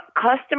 customer